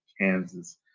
Kansas